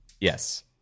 Yes